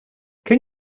can